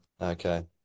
Okay